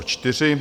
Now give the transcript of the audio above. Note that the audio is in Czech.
4.